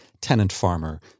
tenant-farmer